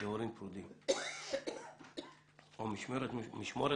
להורים פרודים או משמורת משותפת,